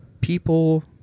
people